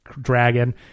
dragon